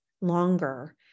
longer